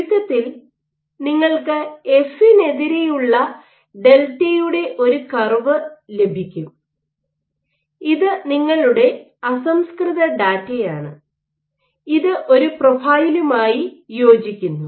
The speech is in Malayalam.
ചുരുക്കത്തിൽ നിങ്ങൾക്ക് എഫിനെതിരെയുള്ള ഡെൽറ്റയുടെ ഒരു കർവ് ലഭിക്കും ഇത് നിങ്ങളുടെ അസംസ്കൃത ഡാറ്റയാണ് ഇത് ഒരു പ്രൊഫൈലുമായി യോജിക്കുന്നു